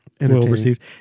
well-received